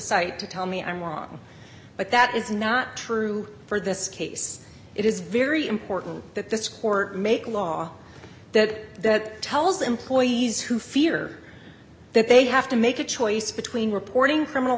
cite to tell me i'm wrong but that is not true for this case it is very important that this court make law that tells employees who fear that they have to make a choice between reporting criminal